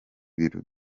biro